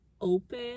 open